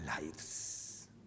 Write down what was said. lives